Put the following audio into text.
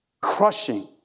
crushing